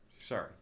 sorry